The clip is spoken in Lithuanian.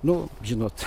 nu žinot